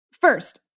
First